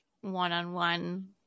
one-on-one